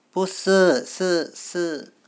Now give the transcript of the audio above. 不是是是